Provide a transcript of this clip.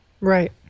Right